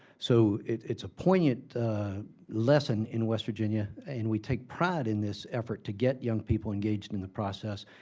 so, it's a poignant lesson in west virginia, and we take pride in this effort to get young people engaged in the process